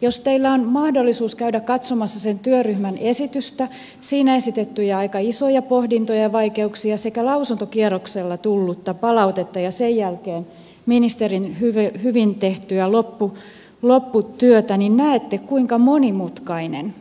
jos teillä on mahdollisuus käydä katsomassa sen työryhmän esitystä siinä esitettyjä aika isoja pohdintoja ja vaikeuksia sekä lausuntokierroksella tullutta palautetta ja sen jälkeen ministerin hyvin tehtyä lopputyötä niin näette kuinka monimutkainen